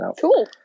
Cool